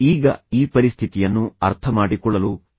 ಈಗ ಈ ಪರಿಸ್ಥಿತಿಯನ್ನು ಅರ್ಥಮಾಡಿಕೊಳ್ಳಲು ನಿಮಗೆ ತಾಳ್ಮೆ ಇದೆಯೇ